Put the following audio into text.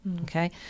Okay